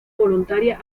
voluntaria